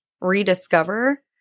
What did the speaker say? rediscover